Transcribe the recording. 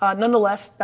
um nonetheless.